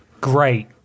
Great